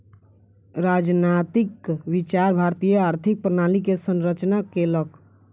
राजनैतिक विचार भारतीय आर्थिक प्रणाली के संरचना केलक